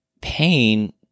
Pain